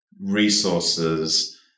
resources